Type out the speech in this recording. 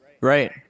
right